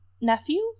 nephew